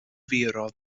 viron